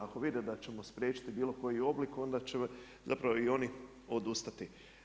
Ako vide da ćemo spriječiti bilo koji oblik onda će zapravo i oni odustati.